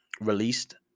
released